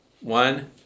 one